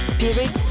Spirit